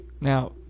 now